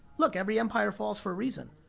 look, every empire falls for a reason.